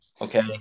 Okay